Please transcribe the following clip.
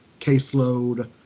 caseload